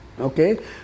Okay